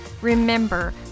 Remember